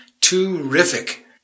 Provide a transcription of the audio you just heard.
terrific